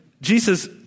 Jesus